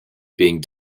being